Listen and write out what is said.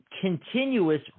continuous